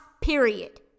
period